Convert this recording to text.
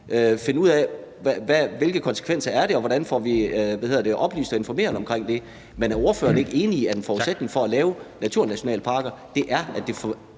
finde ud af, hvilke konsekvenser det er, og hvordan vi får oplyst og informeret om det. Men er ordføreren ikke enig i, at en forudsætning for at lave naturnationalparker er, at det får